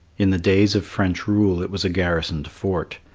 in the days of french rule it was a garrisoned fort.